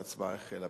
ההצבעה החלה.